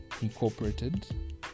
incorporated